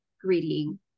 greeting